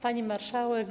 Pani Marszałek!